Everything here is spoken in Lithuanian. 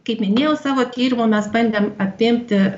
kaip minėjau savo tyrimu mes bandėm apimti